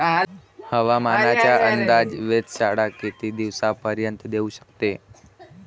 हवामानाचा अंदाज वेधशाळा किती दिवसा पयले देऊ शकते?